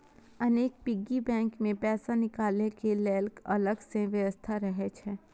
अनेक piggy bank मे पैसा निकालै के लेल अलग सं व्यवस्था रहै छै